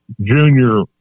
junior